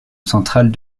centrale